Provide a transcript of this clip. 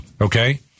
okay